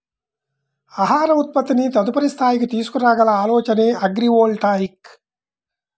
ఆహార ఉత్పత్తిని తదుపరి స్థాయికి తీసుకురాగల ఆలోచనే అగ్రివోల్టాయిక్